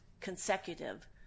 consecutive